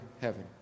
heaven